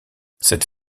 cette